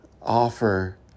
offer